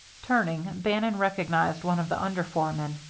turning, bannon recognized one of the under-foremen.